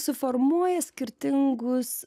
suformuoja skirtingus